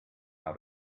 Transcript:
how